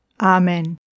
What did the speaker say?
Amen